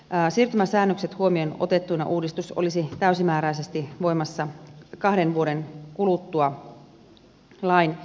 siirtymäsäännökset huomioon otettuina uudistus olisi täysimääräisesti voimassa kahden vuoden kuluttua lain